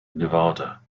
nevada